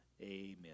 Amen